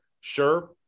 sure